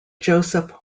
joseph